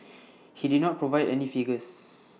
he did not provide any figures